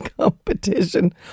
competition